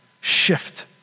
shift